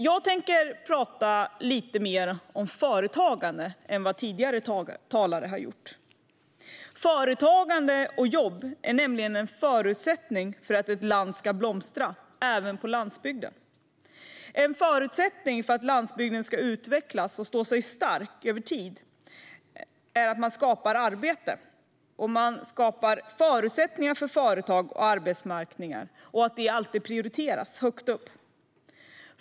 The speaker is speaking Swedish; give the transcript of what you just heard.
Jag tänker tala lite mer om företagande än vad tidigare talare har gjort. Företagande och jobb är nämligen en förutsättning för att ett land ska blomstra, även på landsbygden. En förutsättning för att landsbygden ska utvecklas och stå sig stark över tid är att man skapar arbete, att man skapar förutsättningar för företag och arbetsmarknad och att detta alltid prioriteras högt.